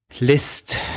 list